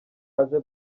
aje